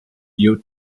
youth